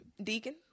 Deacon